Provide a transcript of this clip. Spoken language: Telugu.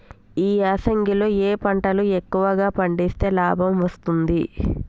ఈ యాసంగి లో ఏ పంటలు ఎక్కువగా పండిస్తే లాభం వస్తుంది?